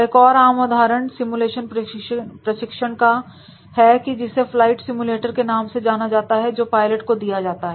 एक और आम उदाहरण सिमुलेशन प्रशिक्षण का है जिसे फ्लाइट सिमुलेटर के नाम से जाना जाता है जो पायलट को दिया जाता है